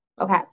Okay